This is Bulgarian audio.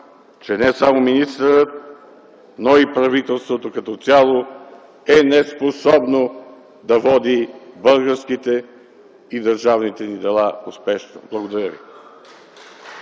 че не само министърът, но и правителството като цяло е неспособно да води българските и държавните ни дела успешно. Благодаря ви.